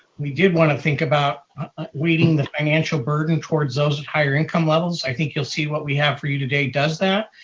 we did want to think about weighting the financial burden towards those at higher income levels. i think you'll see what we have for you today does that.